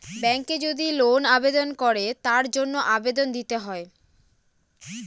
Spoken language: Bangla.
ব্যাঙ্কে যদি লোন আবেদন করে তার জন্য আবেদন দিতে হয়